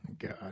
God